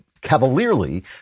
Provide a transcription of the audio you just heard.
cavalierly